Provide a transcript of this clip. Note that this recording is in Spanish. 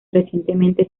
recientemente